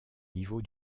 niveau